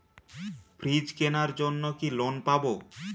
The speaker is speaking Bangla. ফ্রিজ কেনার জন্য কি লোন পাব?